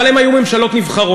אבל הן היו ממשלות נבחרות,